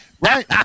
right